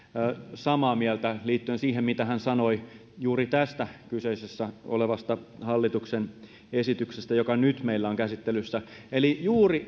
samaa mieltä liittyen siihen mitä hän sanoi juuri tästä kyseessä olevasta hallituksen esityksestä joka nyt meillä on käsittelyssä eli juuri